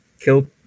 Kill